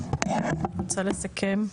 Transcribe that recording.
אני רוצה לסכם.